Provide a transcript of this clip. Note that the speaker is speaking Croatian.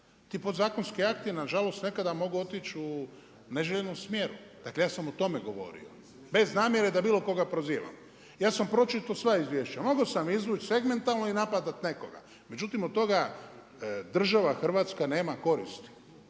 Ti podzakonski akti nažalost nekada mogu otići u neželjenom smjeru. Dakle, ja sam o tome govorio bez namjere da bilo koga prozivam. Ja sam pročitao sva izvješća. Mogao sam izvući segmentalno i napadat nekoga, međutim od toga država Hrvatska nema koristi.